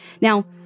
Now